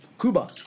Cuba